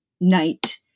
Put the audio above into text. night